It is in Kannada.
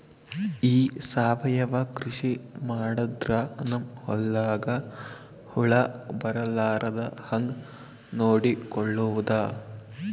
ಈ ಸಾವಯವ ಕೃಷಿ ಮಾಡದ್ರ ನಮ್ ಹೊಲ್ದಾಗ ಹುಳ ಬರಲಾರದ ಹಂಗ್ ನೋಡಿಕೊಳ್ಳುವುದ?